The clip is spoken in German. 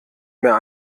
mehr